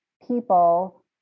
people